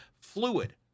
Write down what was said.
fluid